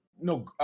no